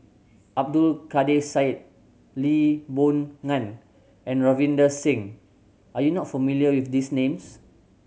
Abdul Kadir Syed Lee Boon Ngan and Ravinder Singh are you not familiar with these names